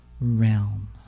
realm